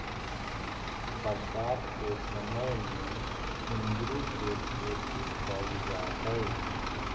बरसात के समय में कुंदरू के खेती कैल जा हइ